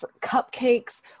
cupcakes